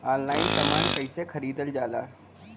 Online समान कैसे खरीदल जाला?